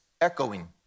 echoing